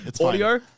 Audio